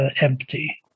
empty